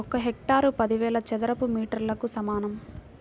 ఒక హెక్టారు పదివేల చదరపు మీటర్లకు సమానం